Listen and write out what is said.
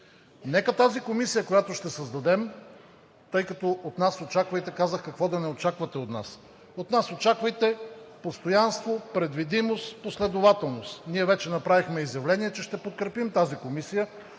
Нека тази комисия, която ще създадем, тъй като от нас очаквайте – казах какво да не очаквате от нас – постоянство, предвидимост, последователност. Ние вече направихме изявление, че ще подкрепим тази комисия,